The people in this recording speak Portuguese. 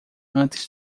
antes